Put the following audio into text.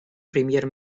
премьер